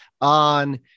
on